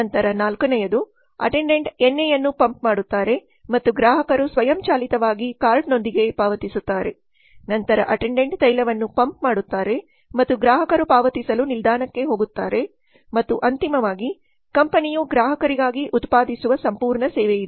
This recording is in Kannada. ನಂತರ ನಾಲ್ಕನೆಯದು ಅಟೆಂಡೆಂಟ್ ಎಣ್ಣೆಯನ್ನು ಪಂಪ್ ಮಾಡುತ್ತಾರೆ ಮತ್ತು ಗ್ರಾಹಕರು ಸ್ವಯಂಚಾಲಿತವಾಗಿ ಕಾರ್ಡ್ನೊಂದಿಗೆ ಪಾವತಿಸುತ್ತಾರೆ ನಂತರ ಅಟೆಂಡೆಂಟ್ ತೈಲವನ್ನು ಪಂಪ್ ಮಾಡುತ್ತಾರೆ ಮತ್ತು ಗ್ರಾಹಕರು ಪಾವತಿಸಲು ನಿಲ್ದಾಣಕ್ಕೆ ಹೋಗುತ್ತಾರೆ ಮತ್ತು ಅಂತಿಮವಾಗಿ ಕಂಪನಿಯು ಗ್ರಾಹಕರಿಗಾಗಿ ಉತ್ಪಾದಿಸುವ ಸಂಪೂರ್ಣ ಸೇವೆಯಿದೆ